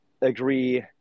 agree